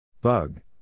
Bug